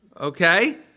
okay